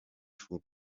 font